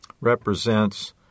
represents